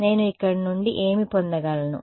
నేను ఇక్కడ నుండి ఏమి పొందగలను